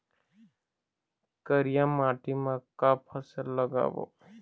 करिया माटी म का फसल लगाबो?